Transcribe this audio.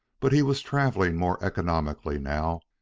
but he was traveling more economically now.